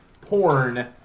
porn